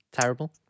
Terrible